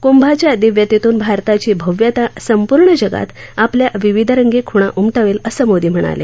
कुभाच्या दिव्यतेतून भारताची भव्यता संपूर्ण जगात आपल्या विविधरंगी खुणा उमटवेल असं मोदी म्हणाले